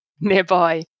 nearby